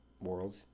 world